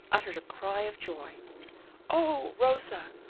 uttered a cry of joy oh, rosa,